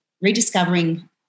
rediscovering